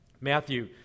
matthew